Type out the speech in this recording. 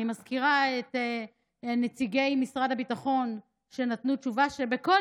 אני מזכירה את נציגי משרד הביטחון שנתנו תשובה שבכל